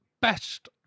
best